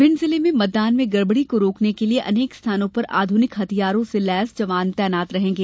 भिंड जिले में मतदान में गड़बड़ी को रोकने के लिए अनेक स्थानों पर आधुनिक हथियारों से लैस जवान तैनात रहेंगे